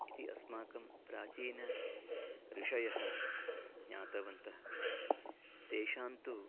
इति अस्माकं प्राचीनऋषयः ज्ञातवन्तः तेषां तु